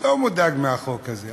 לא מודאג מהחוק הזה,